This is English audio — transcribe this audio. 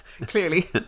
Clearly